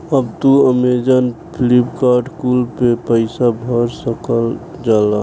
अब तू अमेजैन, फ्लिपकार्ट कुल पे पईसा भर सकल जाला